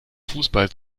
fußball